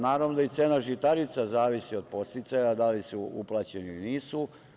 Naravno da i cena žitarica zavisi od podsticaja da li su uplaćeni ili nisu.